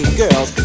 girls